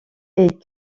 est